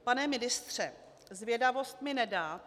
Pane ministře, zvědavost mi nedá.